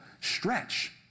stretch